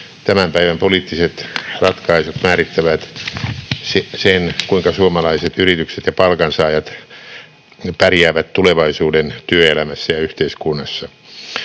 tämän päivän poliittiset ratkaisut määrittävät sen, kuinka suomalaiset yritykset ja palkansaajat pärjäävät tulevaisuuden työelämässä ja yhteiskunnassa.